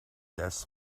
des